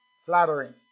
Flattering